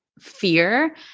fear